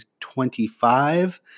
25